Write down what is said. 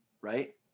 right